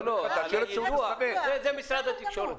זה משרד התקשורת.